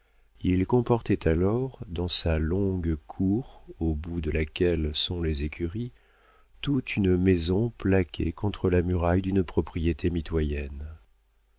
il comportait alors dans sa longue cour au bout de laquelle sont les écuries toute une maison plaquée contre la muraille d'une propriété mitoyenne